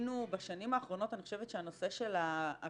בשנים האחרונות אני חושבת שהנושא של הפגיעה